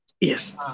Yes